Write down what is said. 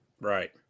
Right